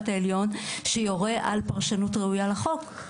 העליון שיורה על פרשנות ראויה לחוק.